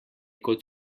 kot